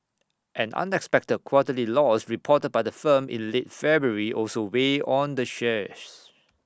an unexpected quarterly loss reported by the firm in late February also weighed on the shares